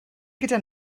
gyda